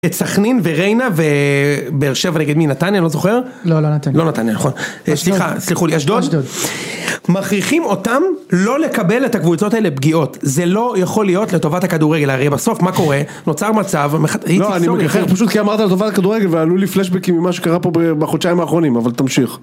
את סכנין ורינה ו.. באר שבע נגד מי? נתניה, לא זוכר.. לא, לא נתניה. לא נתניה, נכון. סליחה, סלחו לי, אשדוד. מכריחים אותם לא לקבל את הקבוצות האלה פגיעות. זה לא יכול להיות לטובת הכדורגל, הרי בסוף מה קורה? נוצר מצב, הייתי סורי. פשוט כי אמרת לטובת הכדורגל ועלו לי פלשבקים ממה שקרה פה ב.. בחודשיים האחרונים, אבל תמשיך.